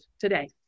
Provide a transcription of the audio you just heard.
today